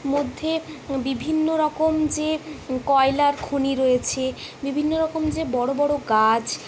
মধ্যে বিভিন্ন রকম যে কয়লার খনি রয়েছে বিভিন্ন রকম যে বড়ো বড়ো গাছ